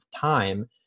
time